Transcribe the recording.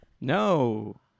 no